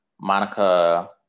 Monica